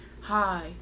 hi